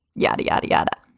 yada, yada, yada.